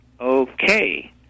Okay